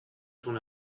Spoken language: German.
schon